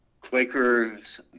Quakers